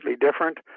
different